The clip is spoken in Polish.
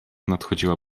nadchodziła